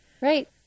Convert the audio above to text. Right